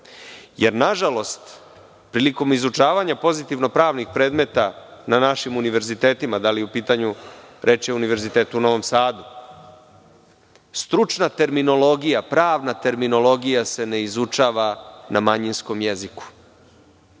jer, nažalost, prilikom izučavanja pozitivno pravnih predmeta na našim univerzitetima, reč je o Univerzitetu u Novom Sadu, stručna terminologija, pravna terminologija se ne izučava na manjinskom jeziku.